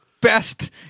best